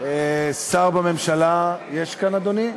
שר בממשלה יש כאן, אדוני?